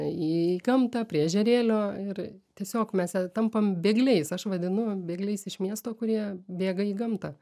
į gamtą prie ežerėlio ir tiesiog mes tampam bėgliais aš vadinu bėgliais iš miesto kurie bėga į gamtą